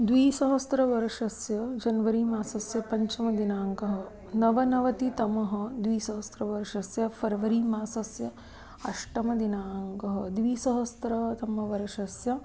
द्विसहस्रवर्षस्य जन्वरी मासस्य पञ्चमदिनाङ्कः नवनवतितमः द्विसहस्रवर्षस्य फ़र्वरी मासस्य अष्टमदिनाङ्कः द्विसहस्रतमवर्षस्य